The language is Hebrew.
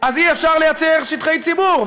אז אי-אפשר לייצר שטחי ציבור,